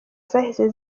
zahise